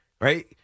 Right